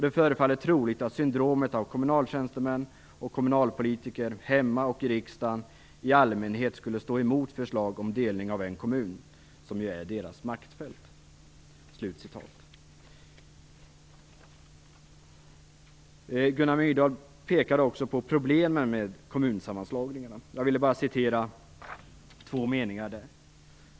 Det förefaller troligt att syndromet av kommunaltjänstemän och kommunalpolitiker, hemma och i riksdagen, i allmänhet skulle stå emot förslag om en delning av en kommun, som ju är deras maktfält. Gunnar Myrdal pekar också på problemen med kommunsammanslagningarna. Jag vill återge två meningar.